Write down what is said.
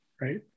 right